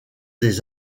des